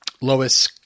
Lois